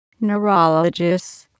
Neurologists